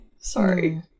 Sorry